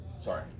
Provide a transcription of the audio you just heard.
sorry